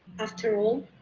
after all,